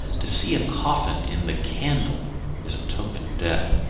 to see a coffin in the candle is a token of death.